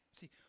See